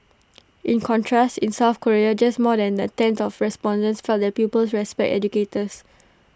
in contrast in south Korea just more than A tenth of respondents felt that pupils respect educators